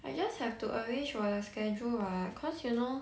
I just have to arrange for the schedule what cause you know